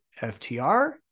FTR